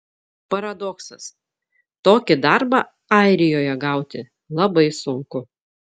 paradoksas tokį darbą airijoje gauti labai sunku